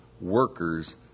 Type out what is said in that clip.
workers